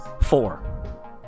Four